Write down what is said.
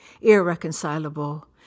irreconcilable